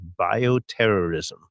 bioterrorism